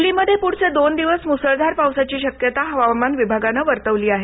दिल्लीमध्ये पुढचे दोन दिवस मुसळधार पावसाची शक्यता हवामान विभागानं वर्तवली आहे